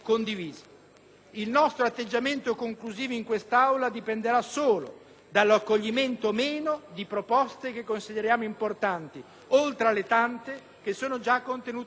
Il nostro atteggiamento conclusivo in questa Aula dipenderà solo dall'accoglimento o meno di proposte che consideriamo importanti, oltre alle tante già contenute nel testo,